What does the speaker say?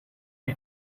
and